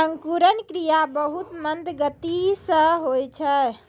अंकुरन क्रिया बहुत मंद गति सँ होय छै